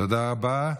תודה רבה.